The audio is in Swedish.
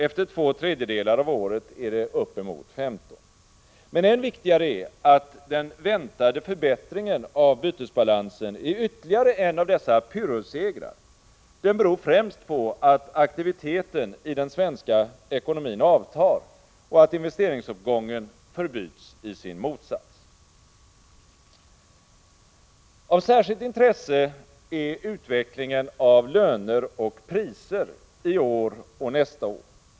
Efter två tredjedelar av året är det uppemot 15. Men än viktigare är att den väntade förbättringen av bytesbalansen är ytterligare en av dessa pyrrussegrar. Den beror främst på att aktiviteten i den svenska ekonomin avtar och att investeringsuppgången förbyts i sin motsats. Av särskilt intresse är utvecklingen av löner och priser i år och nästa år.